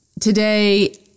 today